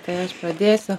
tai aš pradėsiu